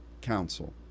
Council